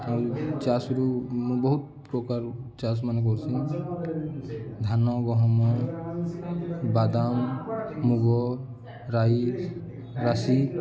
ଆଉ ଚାଷରୁ ମୁଁ ବହୁତ ପ୍ରକାର ଚାଷ ମାନେ କରୁସି ଧାନ ଗହମ ବାଦାମ ମୁଗ ରାଇସ୍ ରାଶି